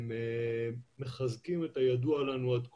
הם מחזקים את הידוע לנו עד כה.